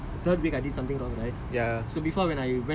before I do the prayers right because I told you like I'm the